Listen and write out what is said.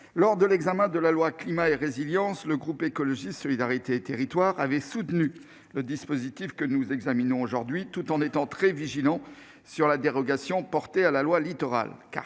lors de l'examen de la loi Climat et résilience, le groupe Écologiste - Solidarité et Territoires (GEST) avait soutenu le dispositif que nous examinons aujourd'hui, tout en étant très attentif à la dérogation portée à la loi Littoral,